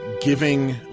giving